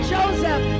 Joseph